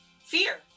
fear